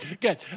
good